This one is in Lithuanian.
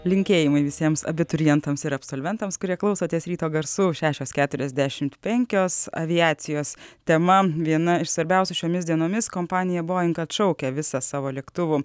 linkėjimai visiems abiturientams ir absolventams kurie klausotės ryto garsų šešios keturiasdešimt penkios aviacijos tema viena iš svarbiausių šiomis dienomis kompanija boing atšaukia visą savo lėktuvų